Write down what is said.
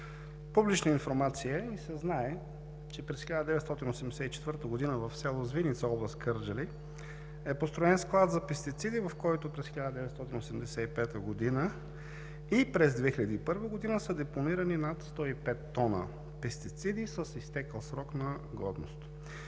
публична информация е и се знае, че през 1984 г. в село Звиница, област Кърджали, е построен склад за пестициди, в който през 1985 г. и през 2001 г. са депонирани над 105 тона пестициди с изтекъл срок на годност.